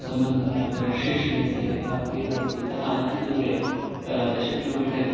सम्बन्धः त ऋष्यशृङ्गस्य कथा अत्रैव अस्ति इतः अनतिदूरे दश किलोमीटर्